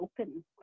open